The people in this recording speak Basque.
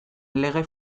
lege